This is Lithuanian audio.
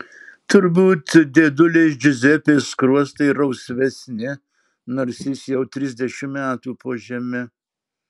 turbūt dėdulės džiuzepės skruostai rausvesni nors jis jau trisdešimt metų po žeme